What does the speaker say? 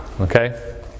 Okay